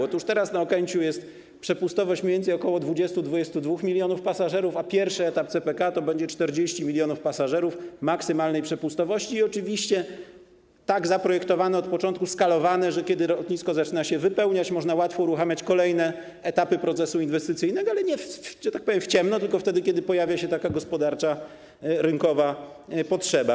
Otóż teraz na Okęciu jest przepustowość mniej więcej ok. 20-22 mln pasażerów, a pierwszy etap CPK to będzie 40 mln pasażerów maksymalnej przepustowości i oczywiście tak zaprojektowane od początku, skalowane, że kiedy lotnisko zaczyna się wypełniać, można łatwo uruchamiać kolejne etapy procesu inwestycyjnego, ale nie, że tak powiem, w ciemno, tylko wtedy, kiedy pojawia się taka gospodarcza, rynkowa potrzeba.